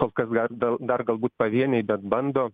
kol kas gal dal dar galbūt pavieniai bet bando